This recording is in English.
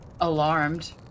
alarmed